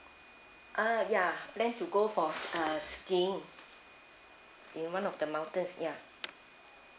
ah yeah plan to go for uh skiing in one of the mountains yeah